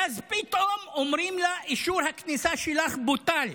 ואז פתאום אומרים לה: אישור הכניסה שלך בוטל.